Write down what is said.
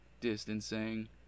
distancing